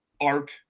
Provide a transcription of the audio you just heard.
arc